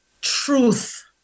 truth